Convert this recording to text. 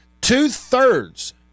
Two-thirds